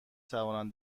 توانم